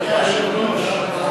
אדוני היושב-ראש,